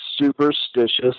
superstitious